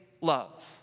love